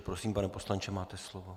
Prosím, pane poslanče, máte slovo.